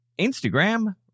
Instagram